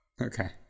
Okay